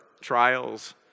trials